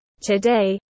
Today